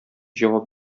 җавап